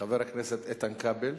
חבר הכנסת איתן כבל,